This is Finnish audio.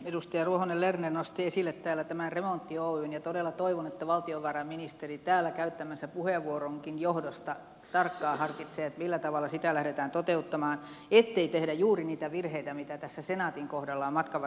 edustaja ruohonen lerner nosti esille täällä tämän remontti oyn ja todella toivon että valtiovarainministeri täällä käyttämänsä puheenvuoronkin johdosta tarkkaan harkitsee millä tavalla sitä lähdetään toteuttamaan ettei tehdä juuri niitä virheitä mitä tässä senaatin kohdalla on matkan varrella tapahtunut